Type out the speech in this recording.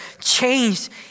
changed